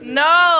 no